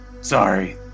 Sorry